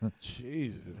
Jesus